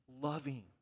loving